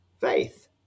faith